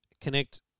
connect